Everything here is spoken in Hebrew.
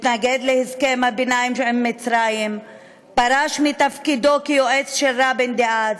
התנגד להסכם הביניים עם מצרים ופרש מתפקידו כיועץ של רבין דאז,